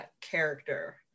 character